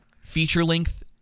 feature-length